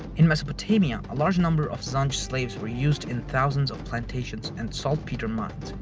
in mesopotamia, a large number of zanj slaves were used in thousands of plantations and saltpeter mines.